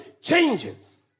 changes